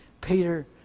Peter